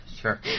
Sure